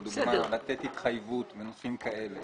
לדוגמה, לתת התחייבות בנושאים כאלה.